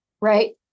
right